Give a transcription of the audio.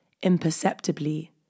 imperceptibly